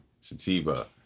sativa